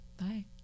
bye